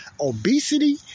Obesity